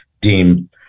deem